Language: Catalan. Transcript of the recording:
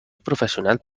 professional